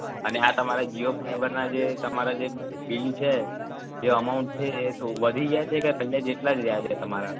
અને આ તમારા જીઓ ફાઈબરનાં જે તમારા જે બિલ છે જે અમાઉન્ટ છે એ તો વધી ગયાં છે કે પહેલે જેટલા જ રહ્યા છે તમારા